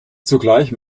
zugleich